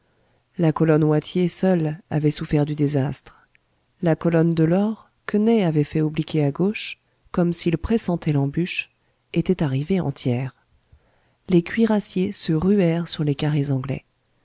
la colonne wathier seule avait souffert du désastre la colonne delord que ney avait fait obliquer à gauche comme s'il pressentait l'embûche était arrivée entière les cuirassiers se ruèrent sur les carrés anglais